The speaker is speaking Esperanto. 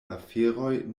aferoj